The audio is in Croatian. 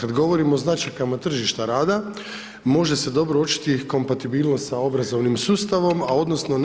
Kad govorimo o značajkama tržišta rada, može se dobro uočiti kompatibilnost sa obrazovnom sustavom odnosno